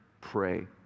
pray